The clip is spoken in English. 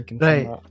Right